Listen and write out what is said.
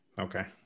Okay